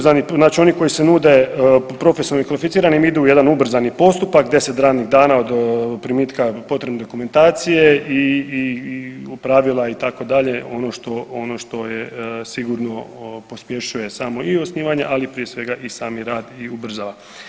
Znači oni koji se nude profesionalni i kvalificirani idu u jedan ubrzani postupak, 10 radnih dana od primitka potrebne dokumentacije i pravila itd. ono što je sigurno pospješuje samo i osnivanje, ali prije svega i sami rad i ubrzava.